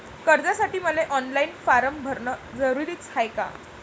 कर्जासाठी मले online form भरन जरुरीच हाय का?